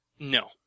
No